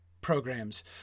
programs